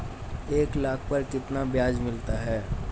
एक लाख पर कितना ब्याज मिलता है?